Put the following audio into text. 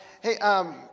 hey